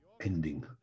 ending